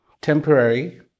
temporary